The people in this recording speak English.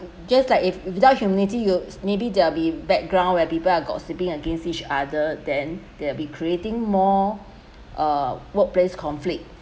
just like if without humility you'll maybe there'll be background where people are gossipping against each other then they'll be creating more uh workplace conflict